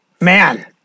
man